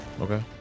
Okay